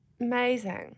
Amazing